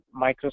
Microsoft